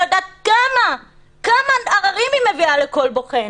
יודעת כמה עררים היא מביאה לכל בוחן?